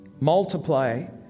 Multiply